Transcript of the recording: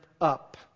up